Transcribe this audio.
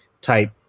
type